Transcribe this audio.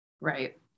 Right